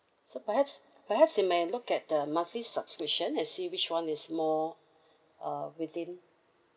so perhaps perhaps you may look at the monthly subscription and see which one is more uh within